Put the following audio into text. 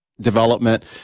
development